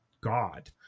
god